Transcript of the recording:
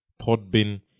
Podbin